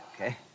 okay